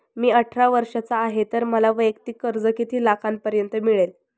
मी अठरा वर्षांचा आहे तर मला वैयक्तिक कर्ज किती लाखांपर्यंत मिळेल?